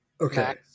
Okay